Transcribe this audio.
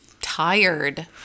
tired